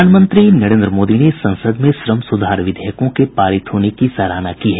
प्रधानमंत्री नरेन्द्र मोदी ने संसद में श्रम सुधार विधेयकों के पारित होने की सराहना की है